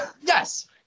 yes